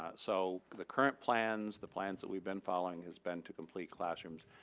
ah so the current plans, the plans that we've been following has been to complete classrooms.